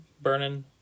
burning